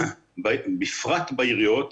בפרט בעיריות,